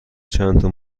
چندتا